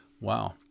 Wow